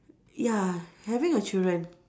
ya having a children